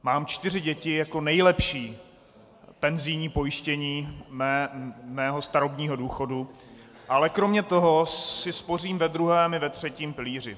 Mám čtyři děti jako nejlepší penzijní pojištění svého starobního důchodu, ale kromě toho si spořím ve druhém i ve třetím pilíři.